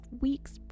weeks